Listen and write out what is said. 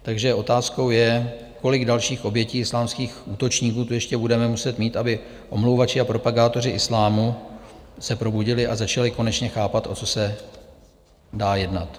Takže otázkou je, kolik dalších obětí islámských útočníků tu ještě budeme muset mít, aby omlouvači a propagátoři islámu se probudili a začali konečně chápat, o co se dá jednat.